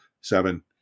seven